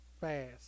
fast